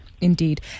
Indeed